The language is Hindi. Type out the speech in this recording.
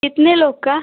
कितने लोग का